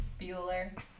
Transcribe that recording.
Bueller